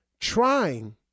trying